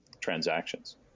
transactions